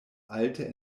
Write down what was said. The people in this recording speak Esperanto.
alte